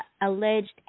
alleged